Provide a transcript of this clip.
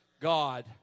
God